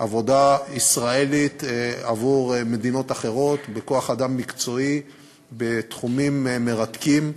עבודה ישראלית עבור מדינות אחרות וכוח-אדם מקצועי בתחומים מרתקים,